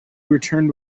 returned